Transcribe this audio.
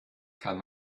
kann